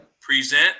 Present